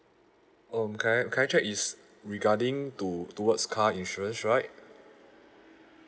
um can I can I check is regarding to towards car insurance right